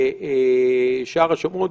שער השומרון.